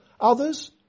others